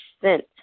percent